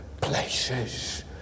places